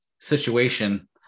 situation